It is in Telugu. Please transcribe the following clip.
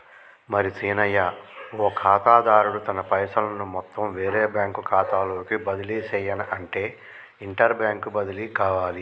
మరి సీనయ్య ఓ ఖాతాదారుడు తన పైసలను మొత్తం వేరే బ్యాంకు ఖాతాలోకి బదిలీ సెయ్యనఅంటే ఇంటర్ బ్యాంక్ బదిలి కావాలి